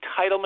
entitlement